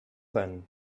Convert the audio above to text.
then